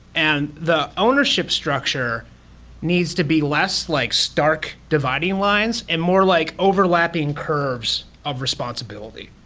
and the ownership structure needs to be less like stark dividing lines and more like overlapping curves of responsibility,